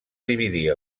dividir